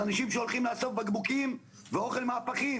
אנשים שהולכים לאסוף בקבוקים ואוכל מפחים.